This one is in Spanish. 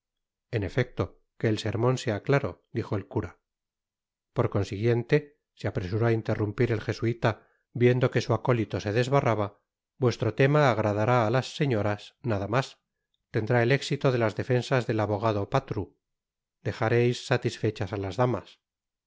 en efecto que el sermon sea claro dijo el cura por consiguiente se apresuró á interrumpir el jesuita viendo que su acólito se desbarraba vuestro tema agradará á las señoras nada mas tendrá el hito de las defensas del abogado l'atru dejareis satisfechas á las damas